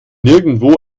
nirgendwo